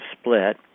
split